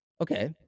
Okay